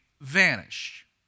vanish